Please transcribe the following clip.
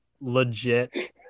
legit